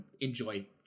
enjoy